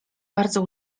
bardzo